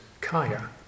kaya